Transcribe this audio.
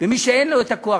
ומי שאין לו את הכוח,